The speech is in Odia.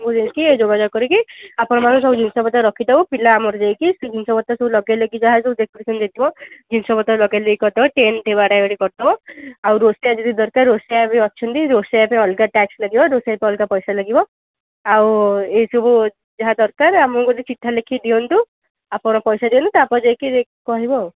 ମୁଁ ନେଇକରି ଏ ଯୋଗାଯୋଗ କରିକି ଆପଣ ମାନଙ୍କ ସବୁ ଜିନିଷପତ୍ର ରଖିଦେବୁ ପିଲା ଆମର ଯାଇକି ସେ ଜିନିଷପତ୍ର ଯାହା ଲଗାଇ ଲଗାଇଲେ କି ଯାହା ସବୁ ଡେକୋରେଶନ୍ ହୋଇଥିବ ଜିନିଷପତ୍ର ଲଗା ଲଗି କରିଦବ ଟେଣ୍ଟ୍ ବି ବାଡ଼ା ବାଡି କରିଦବ ଆଉ ରୋଷେଇଆ ଯଦି ଦରକାର ରୋଷେଇଆ ବି ଅଛନ୍ତି ରୋଷେଇଆ ପାଇଁ ଆଲଗା ଟ୍ୟାକ୍ସ୍ ଲାଗିବ ରୋଷେଇଆ ପାଇଁ ଅଲଗା ପଇସା ଲାଗିବ ଆଉ ଏହି ସବୁ ଯାହା ଦରକାର ଆମକୁ ଗୋଟିଏ ଚିଠା ଲେଖିକି ଦିଅନ୍ତୁ ଆପଣ ପଇସା ଦିଅନ୍ତୁ ତା'ପରେ ଯାଇକି ଆମେ କହିବୁ ଆଉ